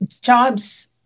jobs